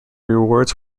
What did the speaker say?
rewards